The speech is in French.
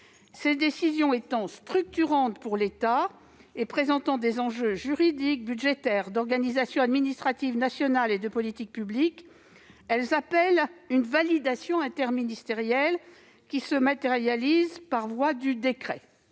Ces décisions étant structurantes pour l'État et présentant des enjeux juridiques, budgétaires, d'organisation administrative nationale et de politique publique, elles appellent une validation interministérielle qui se matérialise par voie de décret.